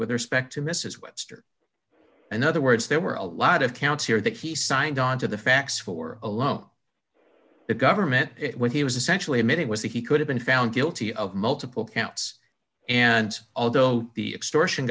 with respect to misess webster in other words there were a lot of counts here that he signed on to the facts for a loan the government when he was essentially admitted was that he could have been found guilty of multiple counts and although the extortion